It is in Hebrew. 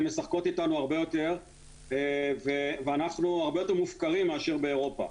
הן משחקות אתנו הרבה יותר ואנחנו הרבה יותר מופקרים מאשר באירופה.